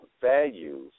values